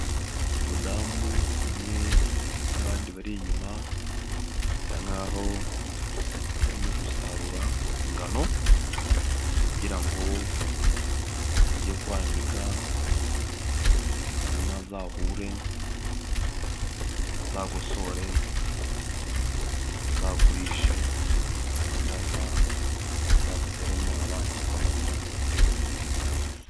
Umudamu umwe n'abandi bari inyuma, asa nkaho arimo gusarura ingano kugira ngo age kwanika. Hanyuma azahure, azagosore, azagurishe cyangwa azaseremo abana igikoma kugira ngo bagire ubuzima bwiza.